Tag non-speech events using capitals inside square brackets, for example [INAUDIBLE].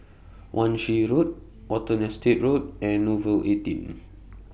Wan Shih Road Watten Estate Road and Nouvel eighteen [NOISE]